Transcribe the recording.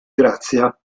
grazia